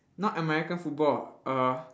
not american football err